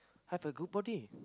have a good body